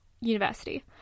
university